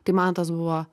tai man tas buvo